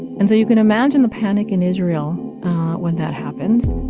and so you can imagine the panic in israel when that happens